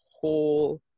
whole